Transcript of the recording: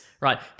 Right